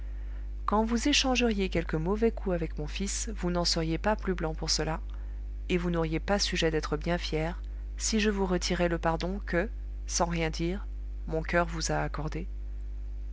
quand vous échangeriez quelque mauvais coup avec mon fils vous n'en seriez pas plus blanc pour cela et vous n'auriez pas sujet d'être bien fier si je vous retirais le pardon que sans rien dire mon coeur vous a accordé